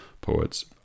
poets